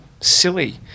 silly